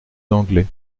d’anglais